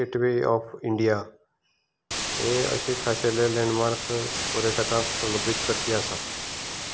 get व्हे of India हे अशें खाशेले लेन्डमार्क पर्यटकांक प्रलबीत करपी आसात